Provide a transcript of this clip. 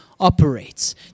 operates